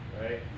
right